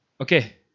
Okay